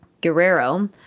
Guerrero